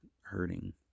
hurting